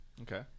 Okay